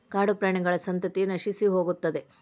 ಕಾಡುಪ್ರಾಣಿಗಳ ಸಂತತಿಯ ನಶಿಸಿಹೋಗುತ್ತದೆ